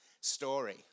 story